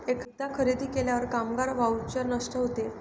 एकदा खरेदी केल्यावर कामगार व्हाउचर नष्ट होते